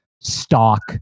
stock